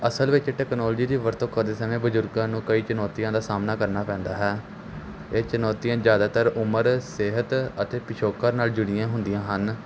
ਅਸਲ ਵਿੱਚ ਟੈਕਨੋਲੋਜੀ ਦੀ ਵਰਤੋਂ ਕਰਦੇ ਸਮੇਂ ਬਜ਼ੁਰਗਾਂ ਨੂੰ ਕਈ ਚੁਣੌਤੀਆਂ ਦਾ ਸਾਹਮਣਾ ਕਰਨਾ ਪੈਂਦਾ ਹੈ ਇਹ ਚੁਣੌਤੀਆਂ ਜ਼ਿਆਦਾਤਰ ਉਮਰ ਸਿਹਤ ਅਤੇ ਪਿਛੋਕੜ ਨਾਲ ਜੁੜੀਆਂ ਹੁੰਦੀਆਂ ਹਨ